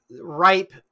ripe